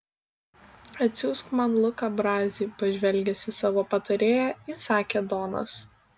atsiųsk man luką brazį pažvelgęs į savo patarėją įsakė donas